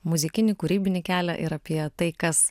muzikinį kūrybinį kelią ir apie tai kas